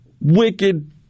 wicked